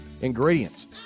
ingredients